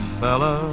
fella